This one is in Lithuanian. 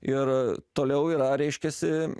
ir toliau yra reiškiasi